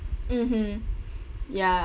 mmhmm ya